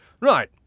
Right